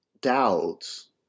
doubts